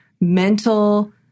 mental